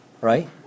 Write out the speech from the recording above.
right